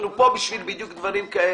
אנחנו פה בדיוק בשביל דברים כאלה.